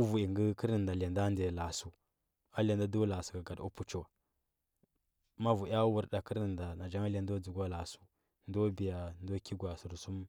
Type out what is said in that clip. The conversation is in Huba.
əvui ngə kərodnda ndiya la, a sar a lyada ndo lasu gagadi ma vui uur nda n anjan lyado dzuggwa la, a stun do kə gwa, a sərsum.